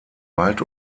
wald